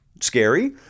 scary